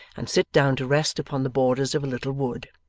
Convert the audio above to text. and sit down to rest upon the borders of a little wood.